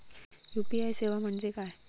UPI सेवा म्हणजे काय?